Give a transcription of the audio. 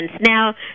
Now